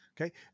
okay